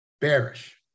bearish